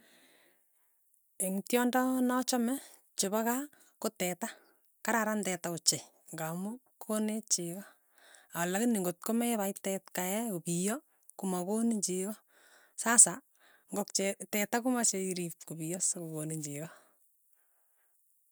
Eng' tyondo nachame, chepo kaa ko teta, kararan teta ochei ng'amu konech cheko, alakini ng'ot ko me pai tetkai ee, kopiyo, komakonin cheko, sasa ngokchiee teta komache irip kopiyo sokokonin cheko.